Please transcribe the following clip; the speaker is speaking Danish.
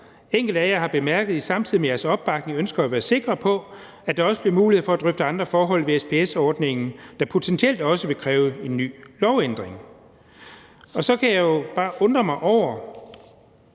Enkelte af jer har bemærket, at I samtidig med jeres opbakning ønsker at være sikre på, at der også bliver mulighed for at drøfte andre forhold ved SPS-ordningen, der potentielt også vil kræve en ny lovændring. Det er rigtigt, at der er